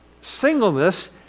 Singleness